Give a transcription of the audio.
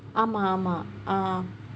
ஆமாம் ஆமாம்:aamaam aamaam ah